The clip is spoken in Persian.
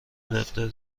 دفتر